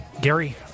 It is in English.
Gary